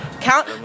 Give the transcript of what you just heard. count